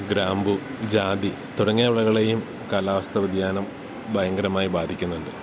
ഗ്രാമ്പു ജാതി തുടങ്ങിയ വിളകളെയും കാലാവസ്ഥാ വ്യതിയാനം ഭയങ്കരമായി ബാധിക്കുന്നുണ്ട്